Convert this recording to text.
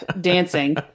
dancing